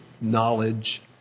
knowledge